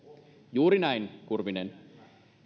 juuri näin kurvinen